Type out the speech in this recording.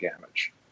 damage